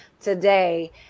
today